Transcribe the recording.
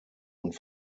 und